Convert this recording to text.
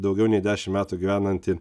daugiau nei dešim metų gyvenanti